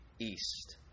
east